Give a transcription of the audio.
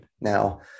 Now